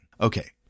Okay